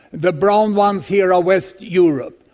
the brown ones here are western europe.